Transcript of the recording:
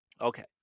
Okay